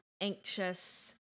anxious